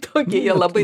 tokie jie labai